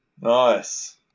Nice